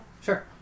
Sure